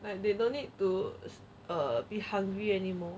like they don't need to err be hungry anymore